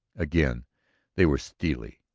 again they were steely,